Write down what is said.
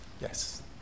Yes